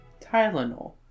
Tylenol